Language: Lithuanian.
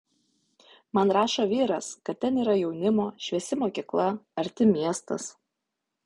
man rašo vyras kad ten yra jaunimo šviesi mokykla arti miestas